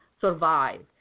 survive